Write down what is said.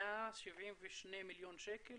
172 מיליון שקל